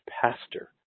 pastor